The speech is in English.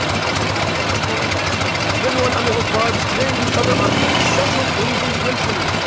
you know hey everyone, i'm your host barbs. today we cover our first central asian country.